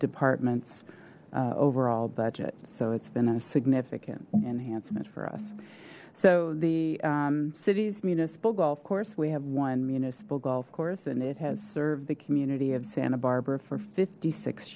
department's overall budget so it's been a significant enhancement for us so the city's municipal golf course we have one municipal golf course and it has served the community of santa barbara for fifty six